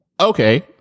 Okay